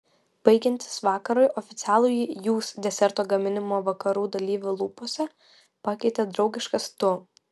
baigiantis vakarui oficialųjį jūs deserto gaminimo vakarų dalyvių lūpose pakeitė draugiškas tu